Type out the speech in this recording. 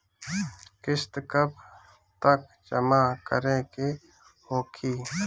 किस्त कब तक जमा करें के होखी?